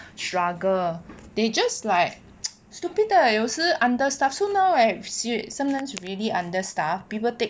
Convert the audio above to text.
struggle they just like stupid 的有时 understaff so now right sometimes really understaff people take